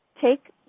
Take